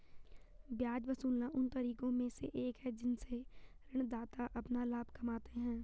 ब्याज वसूलना उन तरीकों में से एक है जिनसे ऋणदाता अपना लाभ कमाते हैं